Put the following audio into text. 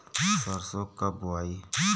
सरसो कब बोआई?